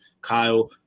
Kyle